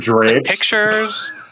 pictures